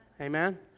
Amen